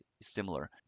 similar